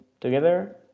together